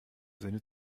sinne